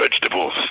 vegetables